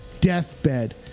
deathbed